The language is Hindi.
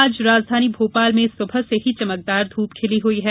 आज राजधानी भोपाल में सुबह से ही चमकदार धूप खिली हुई है